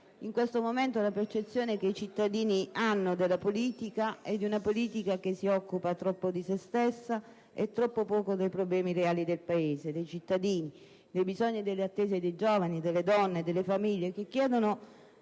in questo momento la percezione che i cittadini hanno della politica è che essa si occupa troppo di se stessa e troppo poco dei problemi reali del Paese e dei cittadini, dei bisogni e delle attese dei giovani, delle donne e delle famiglie, che ci chiedono